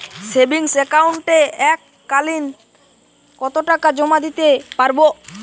Savings একাউন্টে এক কালিন কতটাকা জমা দিতে পারব?